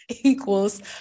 equals